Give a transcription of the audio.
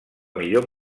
millor